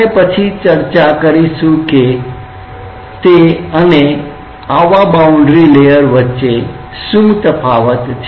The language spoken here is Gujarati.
આપણે પછી ચર્ચા કરીશું કે તે અને આવા બાઉન્ડ્રી લેયર વચ્ચે શું તફાવત છે